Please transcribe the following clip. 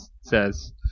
says